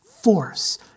force